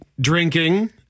drinking